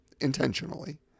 intentionally